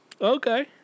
Okay